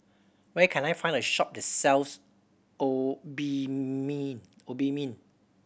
where can I find a shop that sells Obimin Obimin